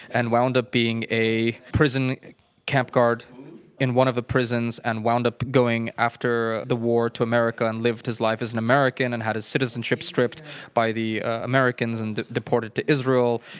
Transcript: and wound up being a prison camp guard in one of the prisons, and wound up going after the war to america, and lived his life as an american, and had his citizenship stripped by the americans, and was deported to israel.